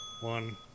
One